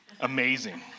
Amazing